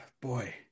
boy